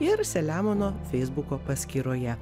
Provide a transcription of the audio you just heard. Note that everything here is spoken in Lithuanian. ir selemono feisbuko paskyroje